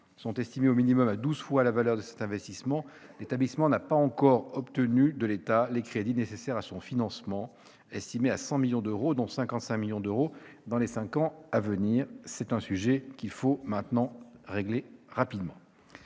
sont estimés au minimum à douze fois la valeur de cet investissement, l'établissement n'a pas encore obtenu de l'État les crédits nécessaires à son financement, crédits évalués à 100 millions d'euros, dont 55 millions d'euros dans les cinq ans à venir. C'est un sujet qu'il faudrait rapidement